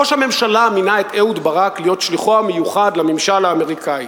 ראש הממשלה מינה את אהוד ברק להיות שליחו המיוחד לממשל האמריקני.